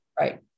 right